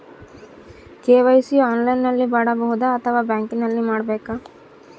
KYC ಆನ್ಲೈನಲ್ಲಿ ಮಾಡಬಹುದಾ ಅಥವಾ ಬ್ಯಾಂಕಿನಲ್ಲಿ ಮಾಡ್ಬೇಕಾ?